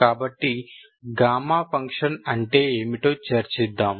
కాబట్టి gamma function అంటే ఏమిటో చర్చిద్దాం